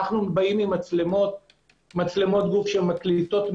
אנחנו באים עם מצלמות גוף שמקליטות,